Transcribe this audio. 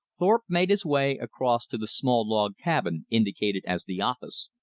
thorpe made his way across to the small log cabin indicated as the office,